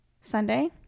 sunday